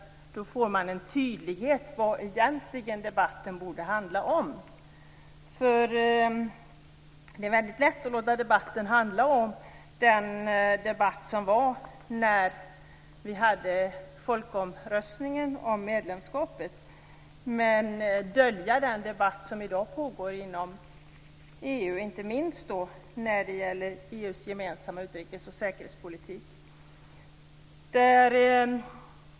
Då blir det tydligare vad debatten egentligen borde handla om. Det är lätt att det blir samma debatt som när vi hade folkomröstningen om medlemskapet och att man därigenom döljer den debatt som i dag pågår inom EU, inte minst när det gäller EU:s gemensamma utrikes och säkerhetspolitik.